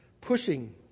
pushing